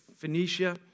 Phoenicia